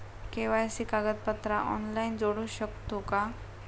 KYC कागदपत्रा online जोडू शकतू का?